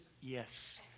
yes